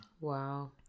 Wow